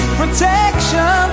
protection